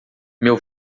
meu